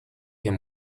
him